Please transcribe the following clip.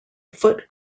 foot